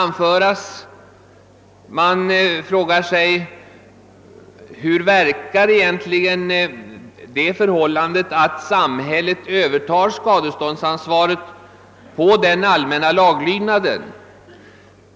Man måste fråga sig hur det förhållandet, att samhället skulle överta skadeståndsansvaret, egentligen kommer att inverka på den allmänna laglydnaden.